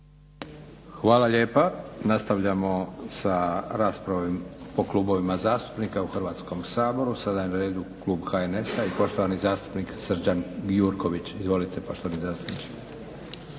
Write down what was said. Hvala lijepa. Nastavljamo sa raspravama po klubovima zastupnika u Hrvatskom saboru. Sada je na redu Klub HNS-a i poštovani zastupnik Srđan Gjurković. **Gjurković, Srđan